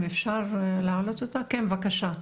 בבקשה.